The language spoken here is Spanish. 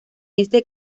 este